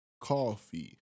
Coffee